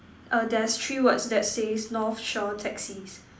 err there's three words that says North Shore taxis